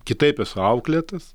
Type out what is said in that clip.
kitaip esu auklėtas